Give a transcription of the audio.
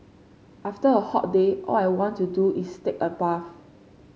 after a hot day all I want to do is take a bath